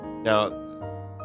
Now